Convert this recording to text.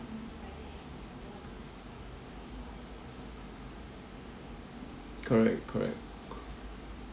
correct correct